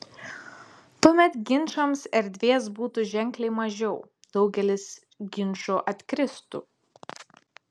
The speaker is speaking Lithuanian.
tuomet ginčams erdvės būtų ženkliai mažiau daugelis ginčų atkristų